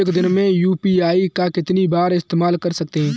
एक दिन में यू.पी.आई का कितनी बार इस्तेमाल कर सकते हैं?